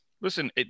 Listen